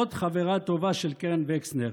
עוד חברה טובה של קרן וקסנר.